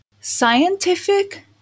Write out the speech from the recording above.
scientific